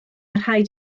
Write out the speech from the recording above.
rhaid